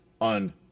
on